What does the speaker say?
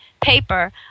paper